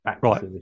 Right